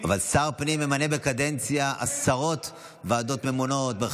הפנים מתוך כוונה אחר כך לאפשר לו להשתמש במנגנון כדי